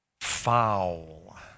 Foul